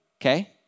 okay